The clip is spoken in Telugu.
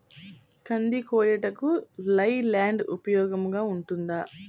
కంది కోయుటకు లై ల్యాండ్ ఉపయోగముగా ఉంటుందా?